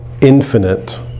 infinite